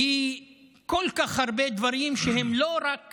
היא כל כך הרבה דברים שהם לא רק